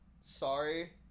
Sorry